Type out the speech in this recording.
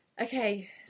Okay